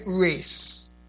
race